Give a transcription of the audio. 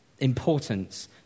Importance